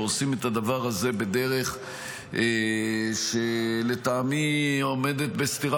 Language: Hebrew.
ועושים את הדבר הזה בדרך שלטעמי עומדת בסתירה